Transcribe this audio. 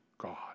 God